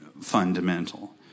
fundamental